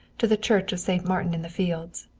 to the church of saint martin in the fields.